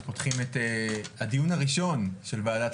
אנחנו פותחים את הדיון הראשון של ועדת